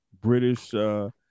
British